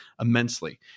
immensely